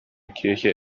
kirche